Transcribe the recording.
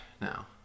now